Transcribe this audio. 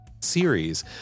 Series